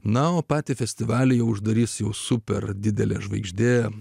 na o patį festivalį uždarys jūsų per didelė žvaigždė